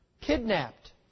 kidnapped